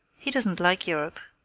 he doesn't like europe,